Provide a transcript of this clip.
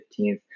15th